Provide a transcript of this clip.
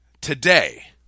today